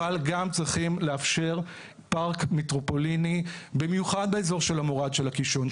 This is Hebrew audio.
אבל גם צריכים לאפשר פארק מטרופוליני במיוחד באזור של המורד של הקישון.